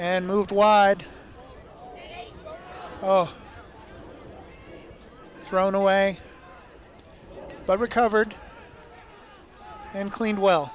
and moved wide thrown away by recovered and cleaned well